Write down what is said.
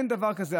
אין דבר כזה,